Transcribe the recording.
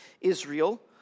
Israel